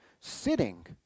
sitting